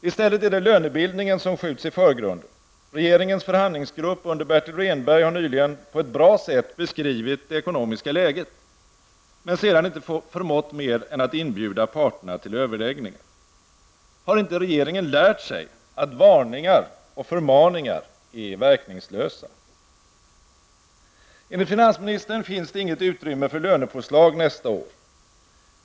I stället är det lönebildningen som skjuts i förgrunden. Regeringens förhandlingsgrupp under Bertil Rehnberg har nyligen på ett bra sätt beskrivit det ekonomiska läget men sedan inte förmått mer än att inbjuda parterna till överläggning. Har inte regeringen lärt sig att varningar och förmaningar är verkningslösa? Enligt finansministern finns det inget utrymme för lönepåslag nästa år.